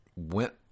went